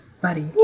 buddy